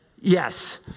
yes